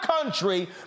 country